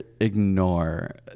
ignore